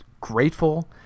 grateful